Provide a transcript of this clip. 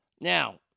Now